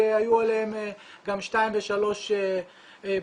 כשהיו עליהן גם שניים ושלושה בנים.